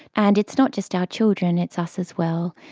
and it's not just our children, it's us as well.